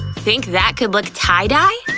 think that could look tie-die?